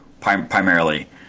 primarily